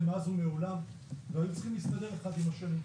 מאז ומעולם והיו צריכים להסתדר אחד עם השני.